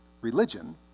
religion